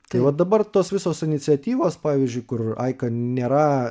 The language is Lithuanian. tai vat dabar tos visos iniciatyvos pavyzdžiui kur aika nėra